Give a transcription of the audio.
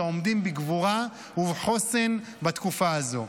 שעומדים בגבורה ובחוסן בתקופה הזאת.